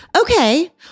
Okay